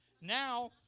Now